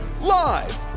Live